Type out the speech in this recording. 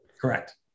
Correct